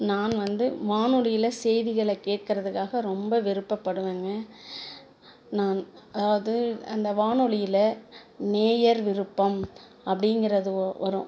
நான் வந்து வானொலியில் செய்திகளைக் கேக்கிறதுக்காக ரொம்ப விருப்பப்படுவேங்க நான் அதாவது அந்த வானொலியில் நேயர் விருப்பம் அப்படிங்கிறது வரும்